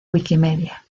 wikimedia